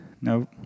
no